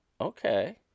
Okay